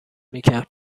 میکرد